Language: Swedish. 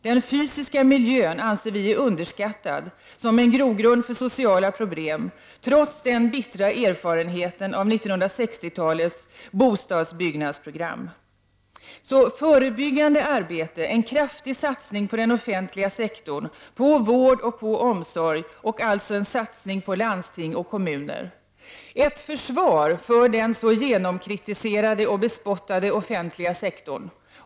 Den fysiska miljön anser vi är underskattad som grogrund för sociala problem, trots den bittra erfarenheten av 1960-talets bostadsbyggnadsprogram. Vi anser alltså att det behövs ett förebyggande arbete, en kraftig satsning på den offentliga sektorn, på vård och omsorg — alltså en satsning på landsting och kommuner. Det innebär ett försvar för den så genomkritiserade och bespottade offentliga sektorn.